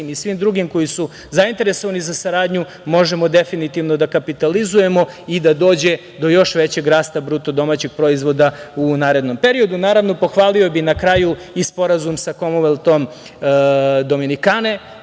i svim drugima koji su zainteresovani za saradnju, možemo definitivno da kapitalizujemo i da dođe do još većeg rasta BDP u narednom periodu. Naravno, pohvalio bih na kraju i Sporazum sa Komonveltom Dominikane.